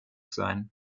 sein